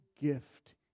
gift